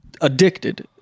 addicted